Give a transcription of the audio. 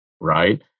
right